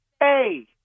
hey